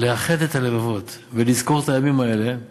לאחד את הלבבות ולזכור את הימים האלה הלאה.